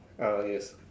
ah yes